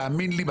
תאמין לי,